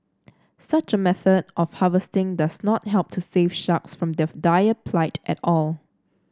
such a method of harvesting does not help to save sharks from their dire plight at all